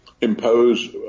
impose